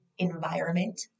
environment